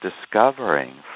discovering